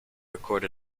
record